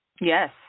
Yes